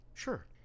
Sure